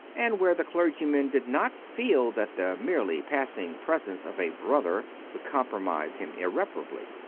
and where the clergy man did not feel that the merely passing presence of a brother would compromise him irreparably.